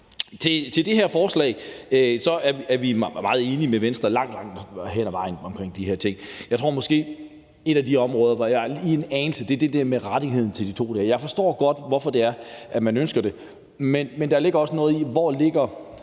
til det her forslag er vi meget enige med Venstre langt hen ad vejen. Jeg tror måske, at et af de områder, hvor jeg lige er en anelse uenig, er det med retten til de 2 dage. Jeg forstår godt, hvorfor man ønsker det, men der ligger også noget i, hvor skellet